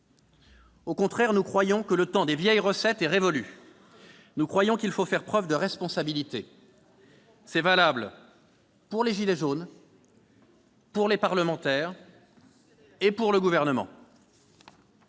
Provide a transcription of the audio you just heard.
Au contraire, nous croyons que le temps des vieilles recettes est révolu et qu'il faut faire preuve de responsabilité. C'est valable pour les « gilets jaunes », pour les parlementaires et pour le Gouvernement.